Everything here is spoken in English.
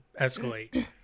escalate